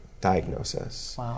diagnosis